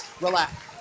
Relax